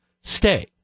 stay